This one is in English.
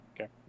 Okay